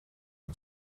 and